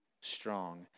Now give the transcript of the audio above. strong